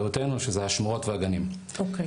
שהם מחוץ לשמורות ולגנים וכל מערך הביטוחים